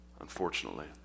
Unfortunately